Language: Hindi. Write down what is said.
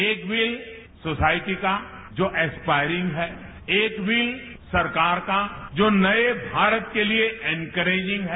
एक विल सोसायटी का डो एस्पायरिंग है एक विल सरकार का जो नये भारत के लिये एनकरेजिंग है